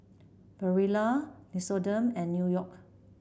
Barilla Nixoderm and New York